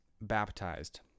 baptized